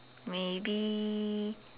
maybe